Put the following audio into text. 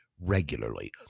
regularly